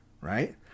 right